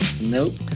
Nope